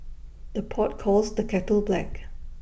the pot calls the kettle black